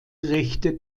rechte